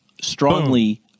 strongly